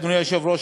אדוני היושב-ראש,